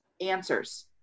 answers